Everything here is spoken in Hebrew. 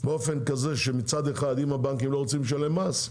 כך שמצד אחד, אם הבנקים לא רוצים לשלם מס,